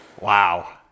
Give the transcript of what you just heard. Wow